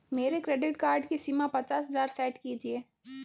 मेरे credit card की सीमा पचास हजार सेट कीजिए